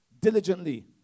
diligently